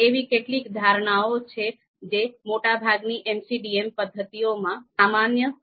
એવી કેટલીક ધારણાઓ છે જે મોટાભાગની MCDM પદ્ધતિઓમાં સામાન્ય છે